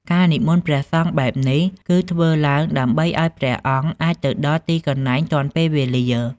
ការនិមន្តព្រះសង្ឃបែបនេះ គឺធ្វើឡើងដើម្បីឱ្យព្រះអង្គអាចទៅដល់ទីកន្លែងទាន់ពេលវេលា។